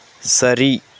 சரி